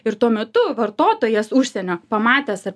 ir tuo metu vartotojas užsienio pamatęs ar